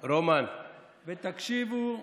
תקשיבו,